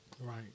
Right